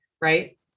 right